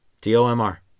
T-O-M-R